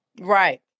Right